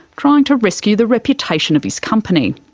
trying to rescue the reputation of his company.